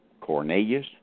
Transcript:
Cornelius